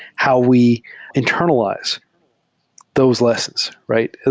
how we internalize those lessons, right?